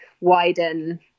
widen